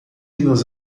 nos